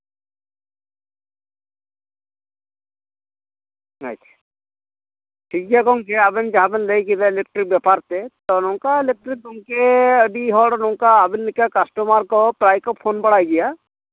ᱟᱪᱪᱷᱟ ᱴᱷᱤᱠᱜᱮᱭᱟ ᱜᱚᱝᱠᱮ ᱟᱵᱮᱱ ᱡᱟᱦᱟᱸ ᱵᱮᱱ ᱞᱟᱹᱭ ᱠᱮᱫᱟ ᱤᱞᱮᱠᱴᱨᱤᱠ ᱵᱮᱯᱟᱨ ᱛᱮ ᱛᱚ ᱱᱚᱝᱠᱟ ᱤᱞᱮᱠᱴᱨᱤᱠ ᱜᱚᱝᱠᱮ ᱟᱹᱰᱤ ᱦᱚᱲ ᱱᱚᱝᱠᱟ ᱟᱹᱰᱤ ᱦᱚᱲ ᱱᱚᱝᱠᱟ ᱟᱵᱤᱱ ᱞᱮᱠᱟ ᱠᱟᱥᱴᱚᱢᱟᱨ ᱠᱚ ᱯᱨᱟᱭ ᱠᱚ ᱯᱷᱳᱱ ᱵᱟᱲᱟᱭ ᱜᱮᱭᱟ